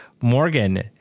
Morgan